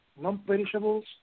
non-perishables